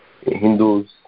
Hindus